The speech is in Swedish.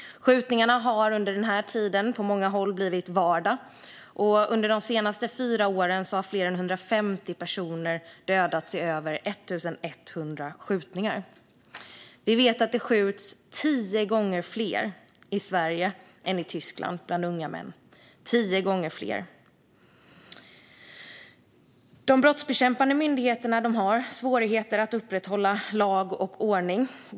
Skjutningarna har under den här tiden på många håll blivit vardag, och under de senaste fyra åren har fler än 150 personer dödats i över 1 100 skjutningar. Vi vet att det skjuts tio gånger fler i Sverige än i Tyskland bland unga män - tio gånger fler! De brottsbekämpande myndigheterna har svårigheter att upprätthålla lag och ordning.